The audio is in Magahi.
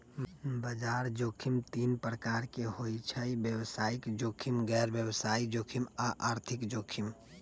बजार जोखिम तीन प्रकार के होइ छइ व्यवसायिक जोखिम, गैर व्यवसाय जोखिम आऽ आर्थिक जोखिम